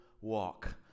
walk